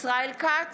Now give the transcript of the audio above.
ישראל כץ,